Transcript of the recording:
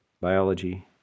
biology